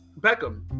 beckham